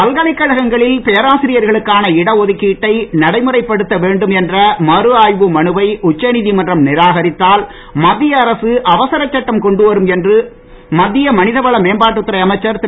பல்கலைக்கழகங்களில் பேராசிரியர்களுக்கான இட ஒதுக்கீட்டை நடைமுறைப்படுத்த வேண்டும் என்ற மறுஆய்வு மனுவை உச்ச நீதிமன்றம் நிராகரித்தால் மத்திய அரசு அவசர சட்டம் கொண்டு வரும் என்று மனிதவள மேம்பாட்டுத் துறை அமைச்சர் திரு